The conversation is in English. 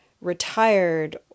retired